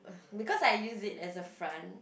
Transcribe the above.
because I use it as a front